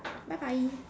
bye bye